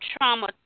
trauma